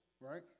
Right